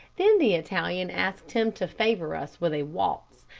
then the italian asked him to favor us with a waltz,